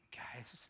guys